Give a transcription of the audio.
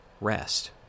rest